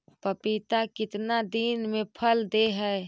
पपीता कितना दिन मे फल दे हय?